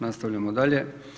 Nastavljamo dalje.